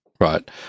right